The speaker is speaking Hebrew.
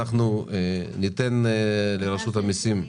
עושים את הדברים בצורה שמתכתבת עם